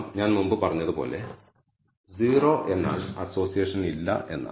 ഞാൻ മുമ്പ് പറഞ്ഞതുപോലെ 0 എന്നാൽ അസ്സോസിയേഷൻ ഇല്ല എന്നാണ്